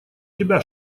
тебя